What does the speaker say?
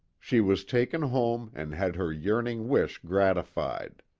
she was taken home and had her yearning wish gratified.